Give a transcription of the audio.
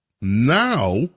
now